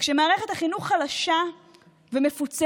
כשמערכת החינוך חלשה ומפוצלת?